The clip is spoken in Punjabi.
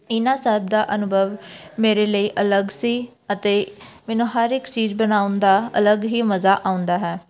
ਇਹਨਾਂ ਸਭ ਦਾ ਅਨੁਭਵ ਮੇਰੇ ਲਈ ਅਲੱਗ ਸੀ ਅਤੇ ਮੈਨੂੰ ਹਰ ਇੱਕ ਚੀਜ਼ ਬਣਾਉਣ ਦਾ ਅਲੱਗ ਹੀ ਮਜ਼ਾ ਆਉਂਦਾ ਹੈ